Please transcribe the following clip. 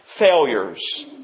failures